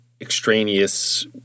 extraneous